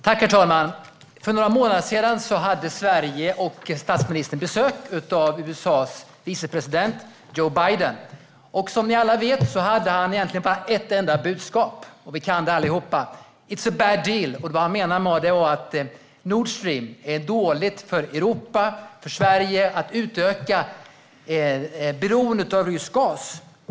Herr talman! För några månader sedan hade Sverige och statsministern besök av USA:s vicepresident Joe Biden. Som ni alla vet hade han egentligen bara ett enda budskap: It's a bad deal! Det han menade var att Nord Stream är dåligt för Europa och för Sverige. Det är dåligt för oss att utöka beroendet av rysk gas.